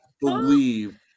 believe